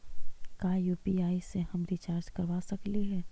का यु.पी.आई से हम रिचार्ज करवा सकली हे?